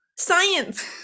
Science